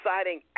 exciting